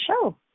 show